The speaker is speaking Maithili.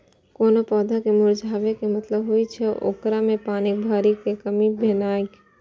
कोनो पौधा के मुरझाबै के मतलब होइ छै, ओकरा मे पानिक भारी कमी भेनाइ